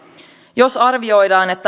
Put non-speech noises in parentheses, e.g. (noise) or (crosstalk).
jos arvioidaan että (unintelligible)